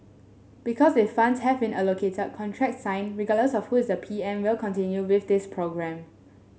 because if funds have been allocated contract signed regardless of who is the M P will continue with this programme